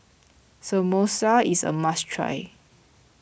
Samosa is a must try